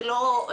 שהם לא רצים.